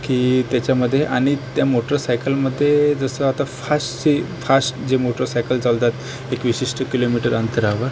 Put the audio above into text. की त्याच्यामध्ये आणि त्या मोटरसायकलमध्ये जसं आता फास्सची फास्स् जे मोटरसायकल चालतात एक विशिष्ट किलोमीटर अंतरावर